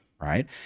right